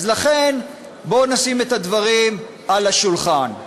אז לכן בואו נשים את הדברים על השולחן: